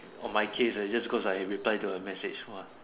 for my case cause just cause I reply to her message what